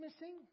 missing